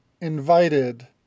invited